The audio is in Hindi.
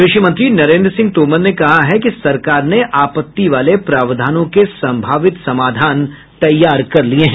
कृषि मंत्री नरेन्द्र सिंह तोमर ने कहा कि सरकार ने आपत्ति वाले प्रावधानों के संभावित समाधान तैयार किए हैं